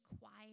quiet